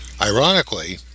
Ironically